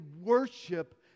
worship